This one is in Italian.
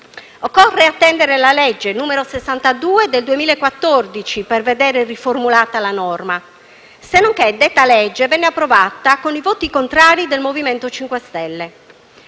Occorre attendere la legge n. 62 del 2014 per vedere riformulata la norma, senonché detta legge venne approvata con i voti contrari del MoVimento 5 Stelle,